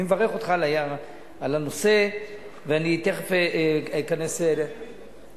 אני מברך אותך על הנושא ואני תיכף אכנס ------ שונה,